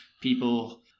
people